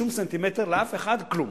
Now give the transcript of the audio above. שום סנטימטר לאף אחד, כלום.